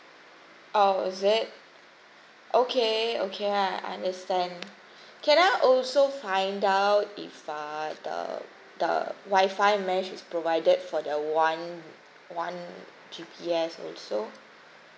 oh is it okay okay I understand can I also find out if uh the the wifi mesh is provided for the one one G_B_S also